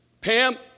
Pam